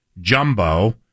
Jumbo